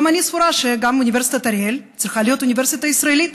גם אני סבורה שגם אוניברסיטת אריאל צריכה להיות אוניברסיטה ישראלית,